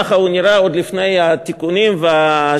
ככה הוא נראה עוד לפני התיקונים והשינויים